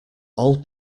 all